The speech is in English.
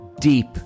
deep